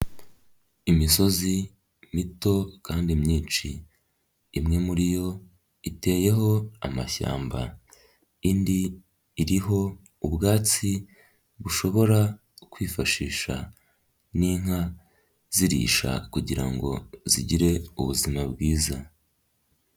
Imisozi mito kandi myinshi, imwe muri yo iteyeho amashyamba. Indi iriho ubwatsi bushobora kwifashisha n'inka zirisha kugira ngo zigire ubuzima bwiza.